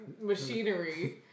machinery